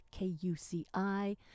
KUCI